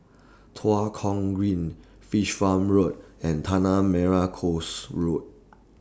Tua Kong Green Fish Farm Road and Tanah Merah Coast Road